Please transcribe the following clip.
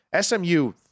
SMU